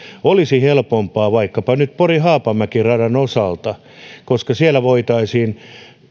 olisi helpompaa vaikkapa nyt pori haapamäki radan osalta koska siellä voitaisiin